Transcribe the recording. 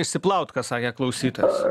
išsiplaut ką sakė klausytojas